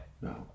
No